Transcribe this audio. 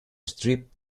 strip